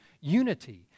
unity